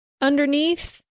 underneath